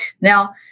Now